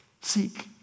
seek